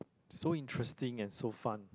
so interesting and so fun